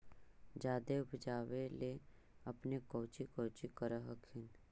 जादे उपजाबे ले अपने कौची कौची कर हखिन?